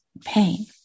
pain